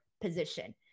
position